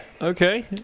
Okay